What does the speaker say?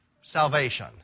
salvation